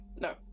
no